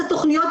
נכון.